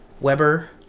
Weber